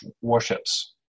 warships